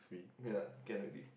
ya can already